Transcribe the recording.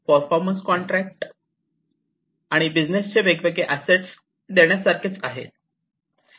performance contract म्हणजे बिझनेसने वेगवेगळे असेट्स देण्यासारखेच आहे